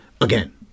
again